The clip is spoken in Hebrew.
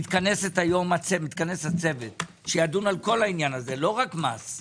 מתכנס היום הצוות שידון בכל העניין הזה, לא רק מס.